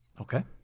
Okay